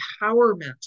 empowerment